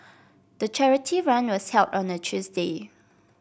the charity run was held on a Tuesday